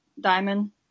Diamond